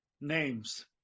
names